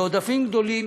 בעודפים גדולים